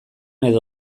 edo